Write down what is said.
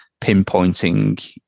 pinpointing